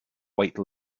white